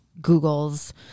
Google's